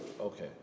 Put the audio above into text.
Okay